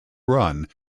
run